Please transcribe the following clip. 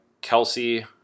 kelsey